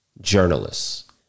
journalists